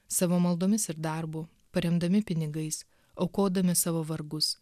savo maldomis ir darbu paremdami pinigais aukodami savo vargus